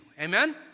Amen